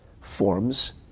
forms